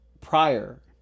prior